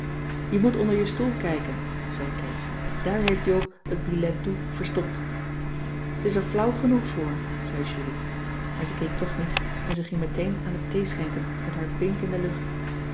je moet onder je stoel kijken zei kees daar heeft joop het billet doux verstopt ze is er flauw genoeg voor zei julie maar ze keek toch niet en ze ging meteen aan het theeschenken met haar pink in de lucht